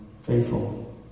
faithful